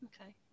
Okay